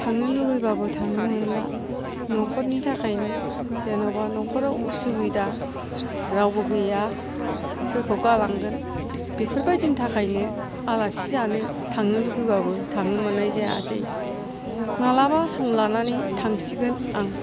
थांनो लुबैबाबो थांनो मोनला न'खरनि थाखायनो जेन'बा न'खराव उसुबिदा रावबो गैया सोरखौ गालांगोन बेफोर बायदिनि थाखायनो आलासि जानो थांनो लुबैबाबो थांनो मोन्नाय जायासै मालाबा सम लानानै थांसिगोन आं